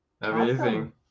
Amazing